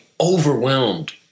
overwhelmed